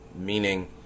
meaning